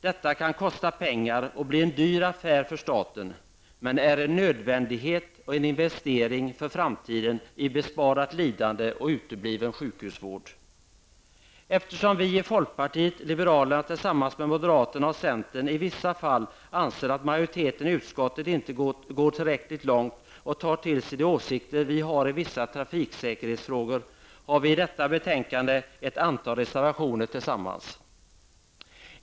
Detta kan kosta pengar och bli en dyr affär för staten, men det är en nödvändighet och en investering för framtiden i form av besparat lidande och utebliven sjukhusvård. Eftersom vi i folkpartiet liberalerna tillsammans med moderaterna och centern i vissa fall anser att majoriteten i utskottet inte går tillräckligt långt och tar till sig de åsikter vi har i vissa trafiksäkerhetsfrågor, har vi i detta betänkande ett antal reservationer gemensamt.